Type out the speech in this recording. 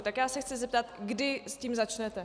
Tak se chci zeptat, kdy s tím začnete.